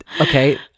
okay